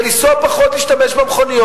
ולהשתמש פחות במכוניות.